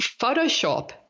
Photoshop –